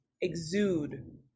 exude